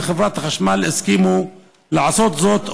וחברת החשמל הסכימו לעשות זאת,